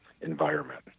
environment